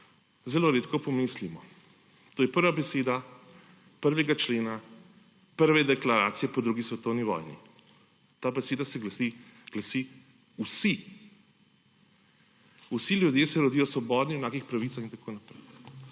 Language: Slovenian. zelo redko pomislimo, to je prva beseda prvega člena prve deklaracije po drugi svetovni vojni. Ta beseda se glasi «vsi«. Vsi ljudje se rodijo svobodni, enakih pravic in tako naprej.